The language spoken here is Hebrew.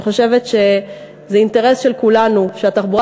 אני חושבת שזה אינטרס של כולנו שהתחבורה